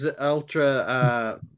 ultra